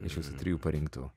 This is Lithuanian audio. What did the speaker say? iš visų trijų parinktų